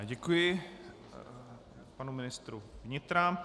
Děkuji panu ministru vnitra.